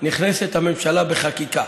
נכנסת הממשלה בחקיקה.